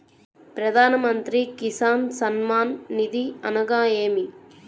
ప్రధాన మంత్రి కిసాన్ సన్మాన్ నిధి అనగా ఏమి?